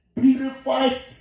purified